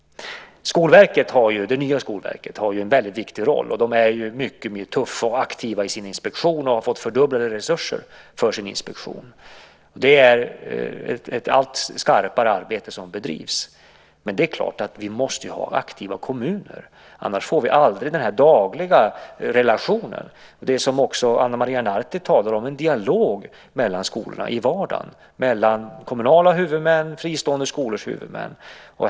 Det nya Skolverket har en väldigt viktig roll. De är mycket tuffa och aktiva i sin inspektion och har fått fördubblade resurser för sin inspektion. Det är ett allt skarpare arbete som där bedrivs. Men det är klart att vi måste ha aktiva kommuner; annars får vi aldrig den dagliga relationen och, det som också Ana Maria Narti talar om, en dialog mellan skolorna i vardagen och mellan kommunala huvudmän och fristående skolors huvudmän.